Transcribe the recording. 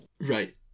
right